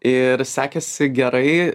ir sekėsi gerai